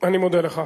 אני מודה לך.